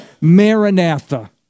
Maranatha